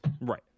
Right